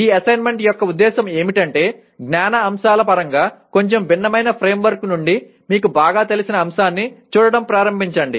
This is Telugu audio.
ఈ అసైన్మెంట్ యొక్క ఉద్దేశ్యం ఏమిటంటే జ్ఞాన అంశాల పరంగా కొంచెం భిన్నమైన ఫ్రేమ్వర్క్ నుండి మీకు బాగా తెలిసిన అంశాన్ని చూడటం ప్రారంభించండి